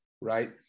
right